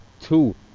two